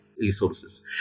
resources